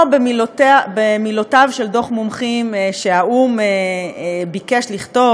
או במילותיו של דוח מומחים שהאו"ם ביקש לכתוב,